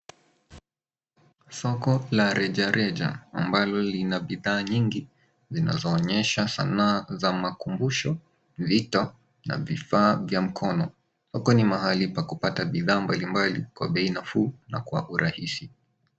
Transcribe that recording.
Soko la reja reja ambalo lina bidhaa nyingi zinazoonyesha sanaa za makumbusho ,vito na vifaa vya mkono. Huku ni mahali pa kupata bidhaa mbalimbali kwa bei nafuu na kwa urahisi.